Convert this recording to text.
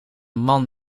man